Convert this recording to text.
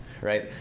right